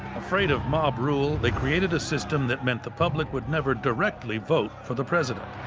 afraid of mob rule, they created a system that meant the public would never directly vote for the president,